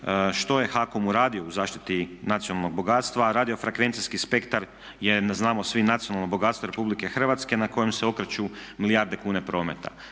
što je HAKOM uradio u zaštiti nacionalnog bogatstva a radiofrekvencijski spektar je znamo svi nacionalno bogatstvo RH na kojem se okreću milijarde kuna prometa.